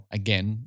again